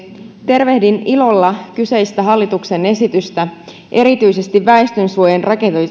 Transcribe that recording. tervehdin ilolla kyseistä hallituksen esitystä erityisesti väestönsuojien